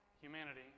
humanity